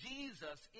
Jesus